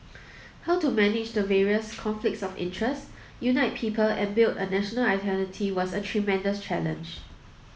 how to manage the various conflicts of interest unite people and build a national identity was a tremendous challenge